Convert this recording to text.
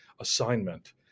assignment